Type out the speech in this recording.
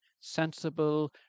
sensible